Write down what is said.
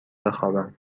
بخوابم